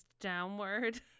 downward